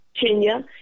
Kenya